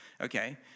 Okay